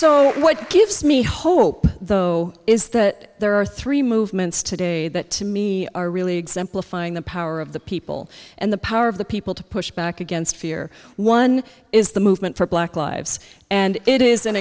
so what gives me hope though is that there are three movements today that to me are really exemplifying the power of the people and the power of the people to push back against fear one is the movement for black lives and it is an